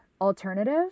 alternative